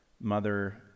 mother